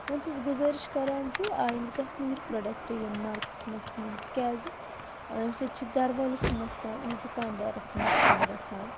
وۄنۍ چھٮ۪س گُزٲرِش کَران زِ آیِںدٕ گژھِ نہٕ یُتھ پرٛوڈَکٹ یُن مارکیٹَس منٛز کِہینۍ تِکیازِ اَمہِ سۭتۍ چھُ گَرٕ وٲلِس نۄقصان أمِس دُکاندارَس تہِ نۄقصان گژھان